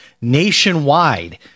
nationwide